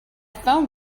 phoned